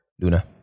Luna